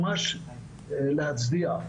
ממש להצדיע.